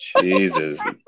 Jesus